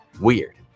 weird